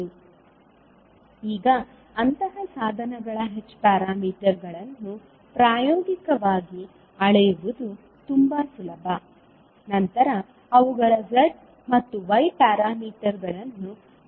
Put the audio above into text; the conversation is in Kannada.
ಈಗ ಅಂತಹ ಸಾಧನಗಳ h ಪ್ಯಾರಾಮೀಟರ್ಗಳನ್ನು ಪ್ರಾಯೋಗಿಕವಾಗಿ ಅಳೆಯುವುದು ತುಂಬಾ ಸುಲಭ ನಂತರ ಅವುಗಳ z ಮತ್ತು y ಪ್ಯಾರಾಮೀಟರ್ಗಳನ್ನು ಅಳೆಯುವುದು